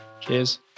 cheers